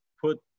put